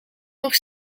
nog